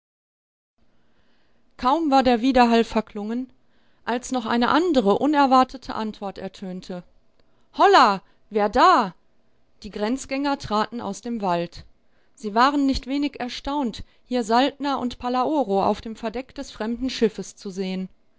kaum war der widerhall verklungen als noch eine andere unerwartete antwort ertönte holla wer da die grenzjäger traten aus dem wald sie waren nicht wenig erstaunt hier saltner und palaoro auf dem verdeck des fremden schiffes zu sehen